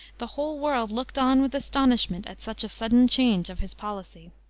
the whole world looked on with astonishment at such a sudden change of his policy.